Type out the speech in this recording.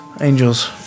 angels